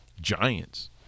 giants